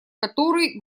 который